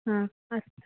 हा अस्तु